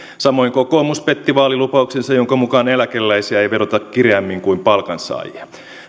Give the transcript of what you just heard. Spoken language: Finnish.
samoin kokoomus petti vaalilupauksensa jonka mukaan eläkeläisiä ei veroteta kireämmin kuin palkansaajia